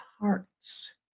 hearts